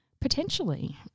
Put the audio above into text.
potentially